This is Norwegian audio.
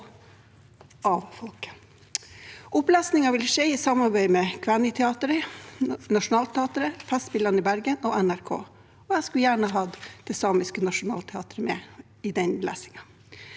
Opplesningen vil skje i samarbeid med Kvääniteatteri, Nationaltheatret, Festspillene i Bergen og NRK, og jeg skulle gjerne hatt Det samiske nasjonalteatret med i den opplesingen.